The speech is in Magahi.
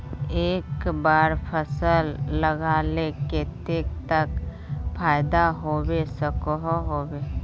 एक बार फसल लगाले कतेक तक फायदा होबे सकोहो होबे?